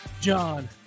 John